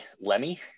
lemmy